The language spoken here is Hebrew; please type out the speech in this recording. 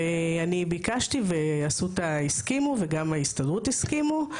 ואני ביקשתי ואסותא הסכימו וגם ההסתדרות הסכימו.